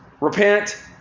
Repent